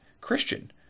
Christian